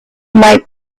might